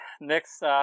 Next